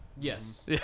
Yes